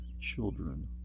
children